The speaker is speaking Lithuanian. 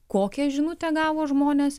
kokią žinutę gavo žmonės